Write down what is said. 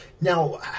Now